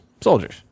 soldiers